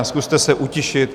Zkuste se utišit.